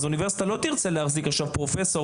אז האוניברסיטה לא תרצה להחזיק עכשיו פרופסור